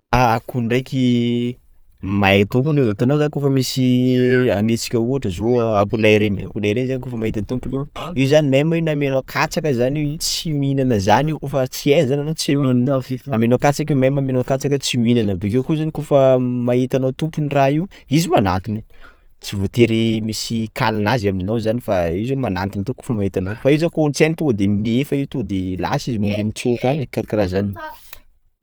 Akoho ndraiky mahay tompony io, hitanao zany kôfa misy, amiantsika ohatra zao akoho lahy reny! akoho lahy reny zany kôfa mahita tompony io zany même io na amianao katsaka zany io tsy mihinana zany io, kôfa tsy hainy zany anao tsy hoaniny feky, amianano katsaka io meme na aminao katsaka io tsy mihinana, bakeo koa zany kôfa mahita anao tompony raha io izy manantona, tsy voatery misy kaly nazy aminao zany fa izy manantona to kôfa mahita anao, fa izy zany kôfa olo sy hainy izy to de milefa io, to de lasa izy mandeha mitsôka any, karakara zany.